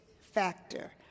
factor